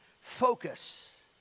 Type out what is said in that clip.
focus